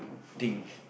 things